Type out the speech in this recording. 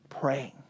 Praying